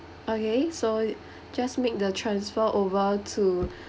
okay so just make the transfer over to